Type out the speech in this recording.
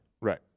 Right